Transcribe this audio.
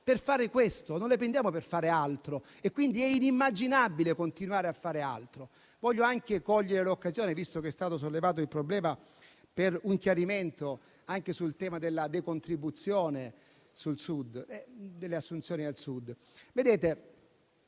per fare questo, non per fare altro. Quindi, è inimmaginabile continuare a fare altro. Voglio anche cogliere l'occasione, visto che è stato sollevato il problema, per un chiarimento sul tema della decontribuzione e delle assunzioni al Sud. La